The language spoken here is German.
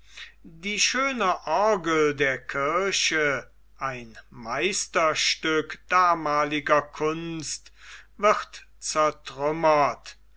die schöne orgel der kirche ein meisterstück damaliger kunst wird zertrümmert